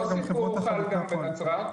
אותו סיפור חל גם בנצרת.